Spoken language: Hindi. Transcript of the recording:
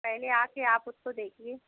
पहले आकर आप उसको देखिये